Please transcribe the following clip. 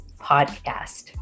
Podcast